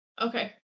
Okay